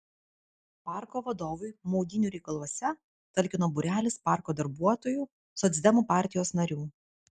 parko vadovui maudynių reikaluose talkino būrelis parko darbuotojų socdemų partijos narių